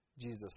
Jesus